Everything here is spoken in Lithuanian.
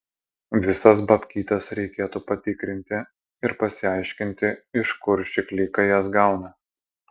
visas babkytes reikėtų patikrinti ir pasiaiškinti iš kur ši klika jas gauna